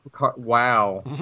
wow